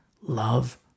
love